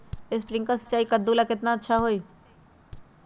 Sprinkler सिंचाई कददु ला केतना अच्छा होई?